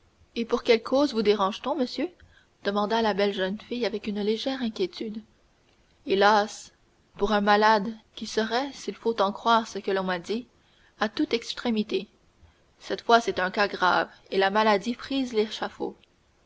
et pour quelle cause vous dérange t on monsieur demanda la belle jeune fille avec une légère inquiétude hélas pour un malade qui serait s'il faut en croire ce que l'on m'a dit à toute extrémité cette fois c'est un cas grave et la maladie frise